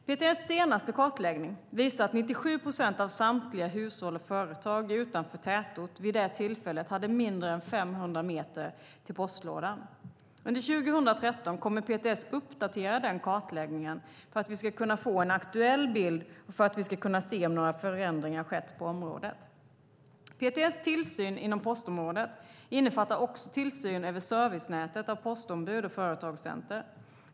PTS senaste kartläggning visar att 97 procent av samtliga hushåll och företag utanför tätort vid det tillfället hade mindre än 500 meter till postlådan. Under 2013 kommer PTS att uppdatera den kartläggningen för att vi ska kunna få en aktuell bild och för att vi ska kunna se om några förändringar skett på området. PTS tillsyn inom postområdet innefattar också tillsyn över servicenätet av postombud och företagscenter.